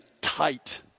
tight